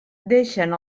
deixen